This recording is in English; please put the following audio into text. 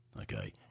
okay